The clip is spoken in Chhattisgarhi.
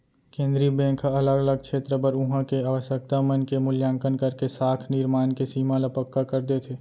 केंद्रीय बेंक ह अलग अलग छेत्र बर उहाँ के आवासकता मन के मुल्याकंन करके साख निरमान के सीमा ल पक्का कर देथे